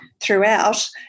throughout